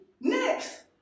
next